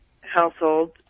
household